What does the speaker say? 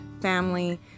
family